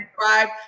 subscribe